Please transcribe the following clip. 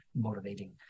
motivating